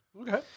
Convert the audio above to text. Okay